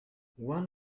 one